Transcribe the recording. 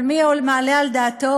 אבל מי מעלה על דעתו,